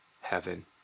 heaven